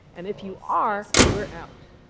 and if you are, we're out.